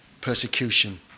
persecution